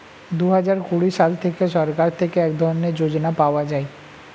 দুহাজার কুড়ি সাল থেকে সরকার থেকে এক ধরনের যোজনা পাওয়া যায়